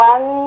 One